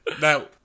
Now